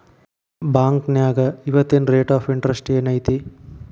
ಬಾಂಕ್ನ್ಯಾಗ ಇವತ್ತಿನ rate of interest ಏನ್ ಐತಿ